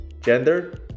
gender